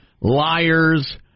liars